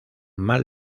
mal